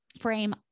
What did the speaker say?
frame